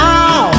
Now